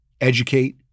educate